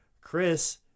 Chris